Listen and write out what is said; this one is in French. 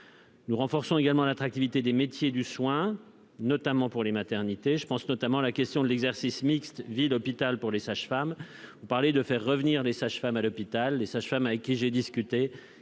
Nous renforçons aussi l'attractivité des métiers du soin, notamment pour les maternités. Je pense en particulier à la question de l'exercice mixte ville-hôpital pour les sages-femmes. Vous parlez de faire revenir des sages-femmes à l'hôpital. Les sages-femmes avec qui j'ai discuté